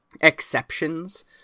exceptions